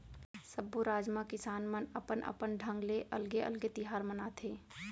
सब्बो राज म किसान मन अपन अपन ढंग ले अलगे अलगे तिहार मनाथे